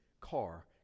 car